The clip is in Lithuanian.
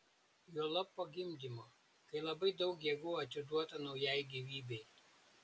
juolab po gimdymo kai labai daug jėgų atiduota naujai gyvybei